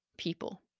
people